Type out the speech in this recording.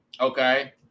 okay